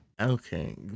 Okay